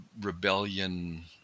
rebellion